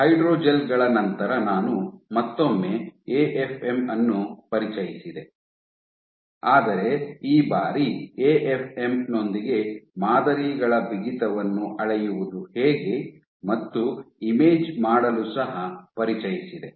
hydrogel ಗಳ ನಂತರ ನಾನು ಮತ್ತೊಮ್ಮೆ ಎಎಫ್ಎಂ ಅನ್ನು ಪರಿಚಯಿಸಿದೆ ಆದರೆ ಈ ಬಾರಿ ಎಎಫ್ಎಂ ನೊಂದಿಗೆ ಮಾದರಿಗಳ ಬಿಗಿತವನ್ನು ಅಳೆಯುವುದು ಹೇಗೆ ಮತ್ತು ಇಮೇಜ್ ಮಾಡಲು ಸಹ ಪರಿಚಯಿಸಿದೆ